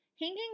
Hanging